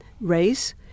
race